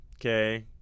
Okay